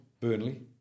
Burnley